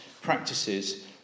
practices